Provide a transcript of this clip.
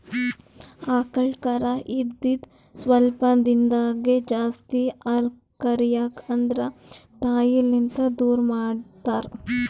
ಆಕಳ್ ಕರಾ ಇದ್ದಿದ್ ಸ್ವಲ್ಪ್ ದಿಂದಾಗೇ ಜಾಸ್ತಿ ಹಾಲ್ ಕರ್ಯಕ್ ಆದ್ರ ತಾಯಿಲಿಂತ್ ದೂರ್ ಮಾಡ್ತಾರ್